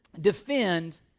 defend